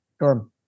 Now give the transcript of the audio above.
Sure